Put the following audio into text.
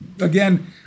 Again